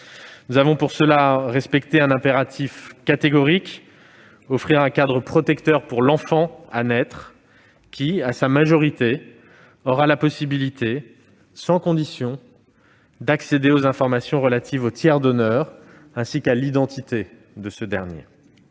Nous avons pour cela respecté un impératif catégorique : offrir un cadre protecteur pour l'enfant à naître, qui, à sa majorité, aura la possibilité, sans condition, d'accéder aux informations relatives au tiers donneur ainsi qu'à l'identité de ce dernier.